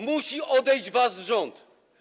Musi odejść wasz rząd.